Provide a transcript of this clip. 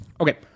Okay